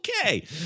Okay